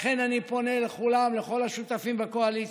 לכן אני פונה לכולם, לכל השותפים בקואליציה,